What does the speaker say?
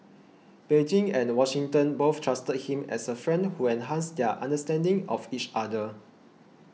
Beijing and Washington both trusted him as a friend who enhanced their understanding of each other